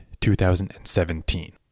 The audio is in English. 2017